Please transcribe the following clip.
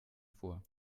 vor